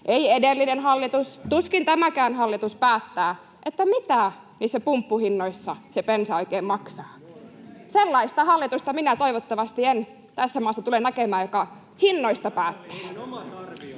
Ei edellinen hallitus päättänyt, tuskin tämäkään hallitus päättää, mitä se bensa niissä pumppuhinnoissa oikein maksaa. Sellaista hallitusta minä toivottavasti en tässä maassa tulee näkemään, joka hinnoista päättää.